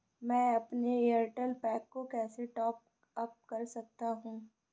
मैं अपने एयरटेल पैक को कैसे टॉप अप कर सकता हूँ?